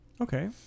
Okay